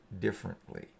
differently